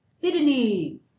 Sydney